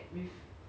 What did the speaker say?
!wah! 所以